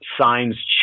signs